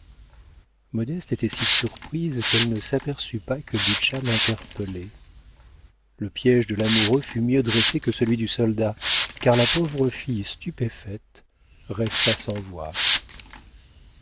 modeste était si surprise qu'elle ne s'aperçut pas que butscha l'interpellait le piége de l'amoureux fut mieux dressé que celui du soldat car la pauvre fille stupéfaite resta sans voix